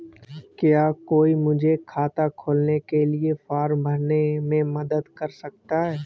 क्या कोई मुझे खाता खोलने के लिए फॉर्म भरने में मदद कर सकता है?